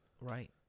Right